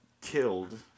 killed